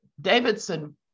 Davidson